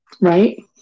Right